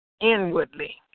inwardly